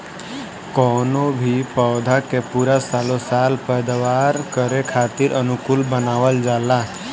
कवनो भी पौधा के पूरा सालो साल पैदावार करे खातीर अनुकूल बनावल जाला